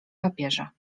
papierze